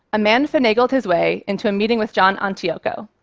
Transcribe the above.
a man finagled his way into a meeting with john antioco,